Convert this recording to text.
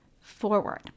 forward